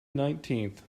nineteenth